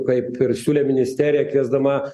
kaip ir siūlė ministerija kviesdama